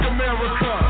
America